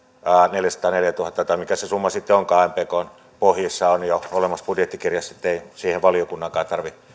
neljäsataaneljätuhatta tai mikä se summa sitten onkaan mpkn pohjissa on jo olemassa budjettikirjassa ettei siihen valiokunnankaan tarvitse